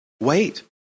Wait